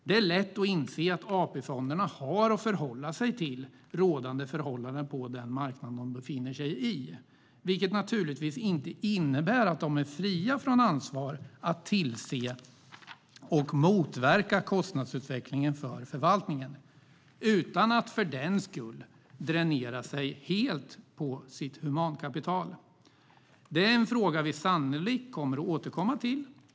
Det är lätt att inse att AP-fonderna har att förhålla sig till rådande förhållanden på den marknad de befinner sig i, vilket naturligtvis inte innebär att de är fria från ansvar att tillse och motverka kostnadsutvecklingen för förvaltningen utan att för den skull dränera sig helt på sitt humankapital. Det är en fråga vi sannolikt kommer att återkomma till.